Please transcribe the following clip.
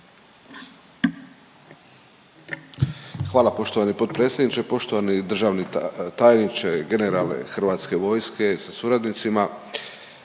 Hvala gospodine potpredsjedniče. Poštovani državni tajniče, evo Hrvatska vojska je nastala